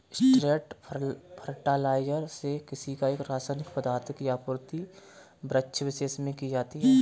straight fertilizer से किसी एक रसायनिक पदार्थ की आपूर्ति वृक्षविशेष में की जाती है